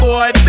Boy